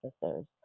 officers